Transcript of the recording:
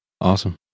Awesome